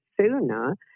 sooner